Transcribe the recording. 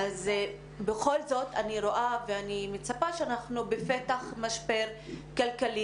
בכל זאת, אני רואה ומצפה שאנחנו בפתח משבר כלכלי